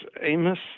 Amos